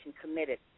committed